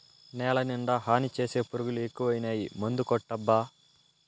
నేలనిండా హాని చేసే పురుగులు ఎక్కువైనాయి మందుకొట్టబ్బా